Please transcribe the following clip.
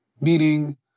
meaning